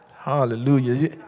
Hallelujah